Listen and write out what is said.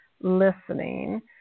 listening